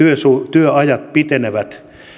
työajat pitenevät